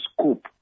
scope